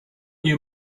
you